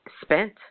spent